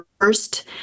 first